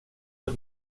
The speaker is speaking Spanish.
del